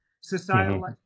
Societal